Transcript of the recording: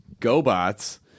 GoBots